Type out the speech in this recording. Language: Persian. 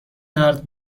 درد